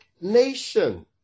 nation